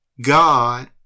God